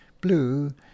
Blue